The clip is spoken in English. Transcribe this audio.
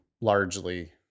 largely